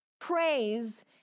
Praise